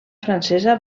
francesa